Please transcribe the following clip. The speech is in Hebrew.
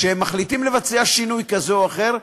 כשהם מחליטים לבצע שינוי כזה או אחר,